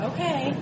Okay